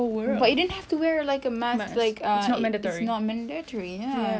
but you don't have to wear like a mask like a it's not mandatory ya